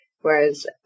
Whereas